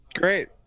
Great